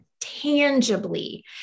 tangibly